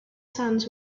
sons